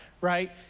right